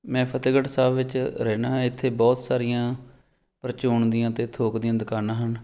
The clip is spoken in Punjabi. ਮੈਂ ਫਤਿਹਗੜ੍ਹ ਸਾਹਿਬ ਵਿੱਚ ਰਹਿੰਦਾ ਇੱਥੇ ਬਹੁਤ ਸਾਰੀਆਂ ਪਰਚੋਣ ਦੀਆਂ ਅਤੇ ਥੋਕ ਦੀਆਂ ਦੁਕਾਨਾਂ ਹਨ